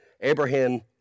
Abraham